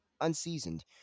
unseasoned